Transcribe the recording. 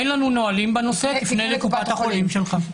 אין לנו נהלים בנושא תפנה לקופת החולים שלך.